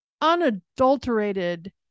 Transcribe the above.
unadulterated